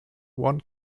one